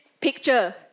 picture